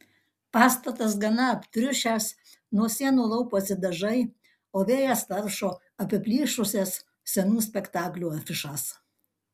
pastatas gana aptriušęs nuo sienų lauposi dažai o vėjas taršo apiplyšusias senų spektaklių afišas